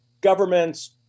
governments